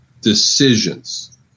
decisions